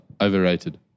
Overrated